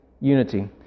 unity